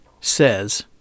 says